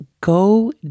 go